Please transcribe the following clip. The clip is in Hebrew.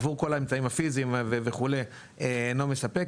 עבור כל האמצעים הפיזיים לעולה אינו מספק.